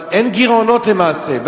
אבל אין גירעונות למעשה.